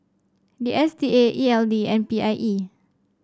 D S T A E L D and P I E